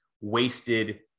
wasted